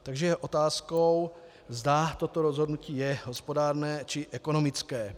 Takže je otázkou, zda toto rozhodnutí je hospodárné či ekonomické.